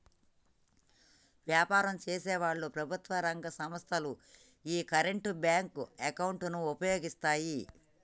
వ్యాపారం చేసేవాళ్ళు, ప్రభుత్వం రంగ సంస్ధలు యీ కరెంట్ బ్యేంకు అకౌంట్ ను వుపయోగిత్తాయి